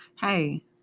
Hey